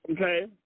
Okay